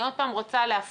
אני עוד פעם רוצה להפריד,